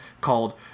called